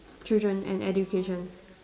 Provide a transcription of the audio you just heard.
children and education